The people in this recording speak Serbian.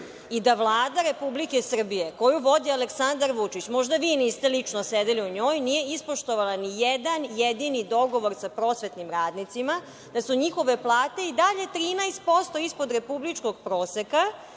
i da Vlada Republike Srbije koju vodi Aleksandar Vučić, možda vi niste lično sedeli u njoj, nije ispoštovala ni jedan jedini dogovor sa prosvetnim radnicima, da su njihove plate i dalje 13% ispod republičkog proseka,